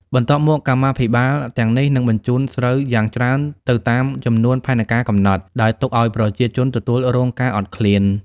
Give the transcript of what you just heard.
បន្ទាប់មកកម្មាភិបាល ទាំងនេះនឹងបញ្ជូនស្រូវយ៉ាងច្រើនទៅតាមចំនួនផែនការកំណត់ ដោយទុកឱ្យប្រជាជនទទួលរងការអត់ឃ្លាន។